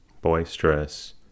boisterous